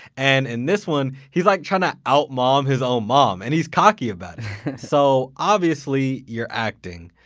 and in this one, he's like trying to out mom his own mom. and he's cocky about it. so obviously you're acting,